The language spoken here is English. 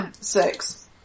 six